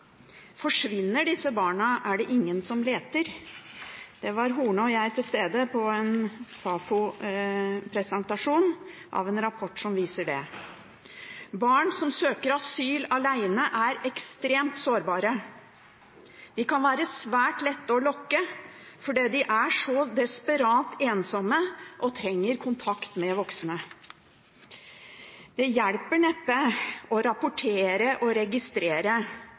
Forsvinner disse barna, er det ingen som leter. Horne og jeg var til stede på en presentasjon av en Fafo-rapport som viser dette. Barn som søker asyl alene, er ekstremt sårbare. De kan være svært lett å lokke fordi de er så desperat ensomme og trenger kontakt med voksne. Det hjelper neppe å rapportere og registrere